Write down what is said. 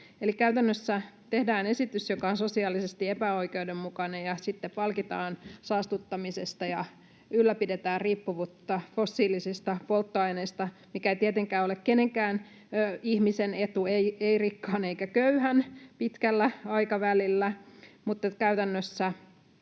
käytännössä tehdään esitys, joka on sosiaalisesti epäoikeudenmukainen, ja sitten palkitaan saastuttamisesta ja ylläpidetään riippuvuutta fossiilisista polttoaineista, mikä ei tietenkään ole kenenkään ihmisen etu, ei rikkaan eikä köyhän, pitkällä aikavälillä mutta käytännössä